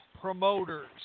promoters